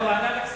לא, ועדת הכספים.